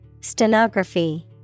Stenography